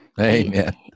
Amen